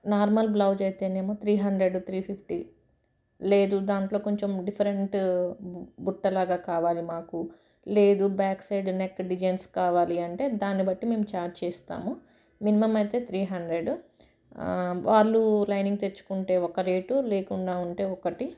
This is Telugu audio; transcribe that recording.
నార్మల్ బ్లౌజ్ అయితే ఏమో త్రీ హండ్రెడ్ త్రీ ఫిఫ్టీ లేదు దాంట్లో కొంచెం డిఫరెంట్ బుట్టలాగ కావాలి మాకు లేదు బ్యాక్ సైడ్ నెక్ డిజైన్స్ కావాలి అంటే దాన్ని బట్టి మేము ఛార్జ్ చేస్తాము మినిమమ్ అయితే త్రీ హండ్రెడ్ వాళ్ళు లైనింగ్ తెచ్చుకుంటే ఒక రేటు లేకుండా ఉంటే ఒకటి